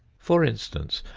for instance,